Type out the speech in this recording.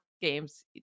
games